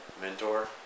mentor